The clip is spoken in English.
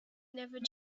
never